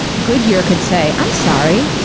goodyear could say, i'm sorry,